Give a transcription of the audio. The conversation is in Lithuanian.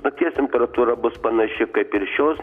nakties temperatūra bus panaši kaip ir šios